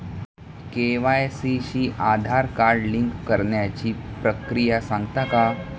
KYC शी Aadhaar card link करण्याची प्रक्रिया सांगता का?